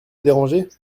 déranger